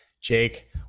Jake